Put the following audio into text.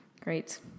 great